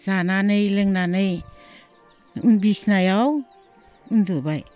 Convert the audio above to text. जानानै लोंनानै बिसिनायाव उन्दुबाय